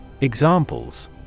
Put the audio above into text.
Examples